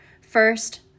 First